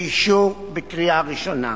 לאישור בקריאה ראשונה.